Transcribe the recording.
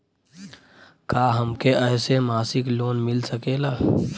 का हमके ऐसे मासिक लोन मिल सकेला?